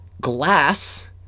glass